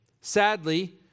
Sadly